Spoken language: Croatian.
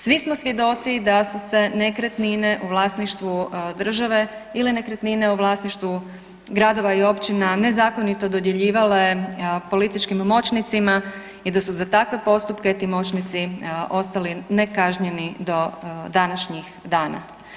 Svi smo svjedoci da su se nekretnine u vlasništvu države ili nekretnine u vlasništvu gradova i općina nezakonito dodjeljivale političkim moćnicima i da su za takve postupke ti moćnici ostali ne kažnjeni do današnjih dana.